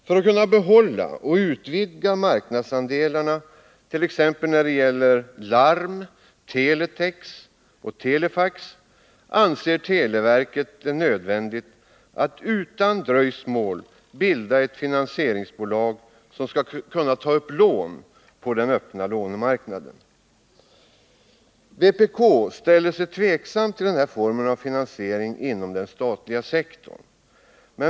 För att kunna behålla och utvidga marknadsandelarna t.ex. när det gäller larm, teletex och telefax anser televerket det nödvändigt att utan dröjsmål bilda ett finansieringsbolag som skall kunna ta upp lån på den öppna lånemarknaden. Vpk ställer sig tveksamt till denna form av finansiering inom den statliga sektorn.